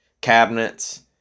cabinets